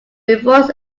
revolts